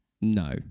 no